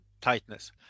tightness